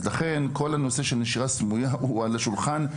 לכן, נושא הנשירה הסמויה הוא על השולחן.